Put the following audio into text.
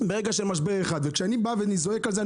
וכשאני זועק על זה,